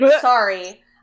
sorry